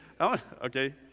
Okay